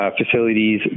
facilities